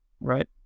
Right